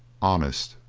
honest,